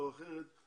כותרת